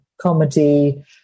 comedy